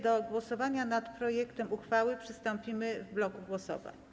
Do głosowania nad projektem uchwały przystąpimy w bloku głosowań.